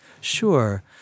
Sure